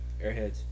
Airheads